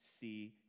see